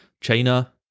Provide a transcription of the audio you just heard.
China